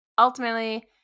ultimately